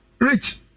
Rich